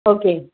okay